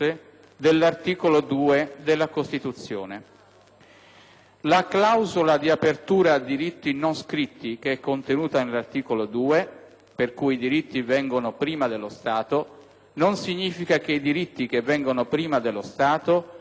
La clausola di apertura a diritti non scritti, contenuta all'articolo 2, per cui i diritti vengono prima dello Stato, non significa che i diritti che vengono prima dello Stato possano essere interpretati contro la Costituzione